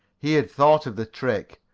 he had thought of the trick,